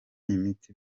imiti